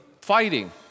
fighting